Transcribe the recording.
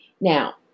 Now